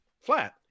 flat